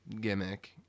gimmick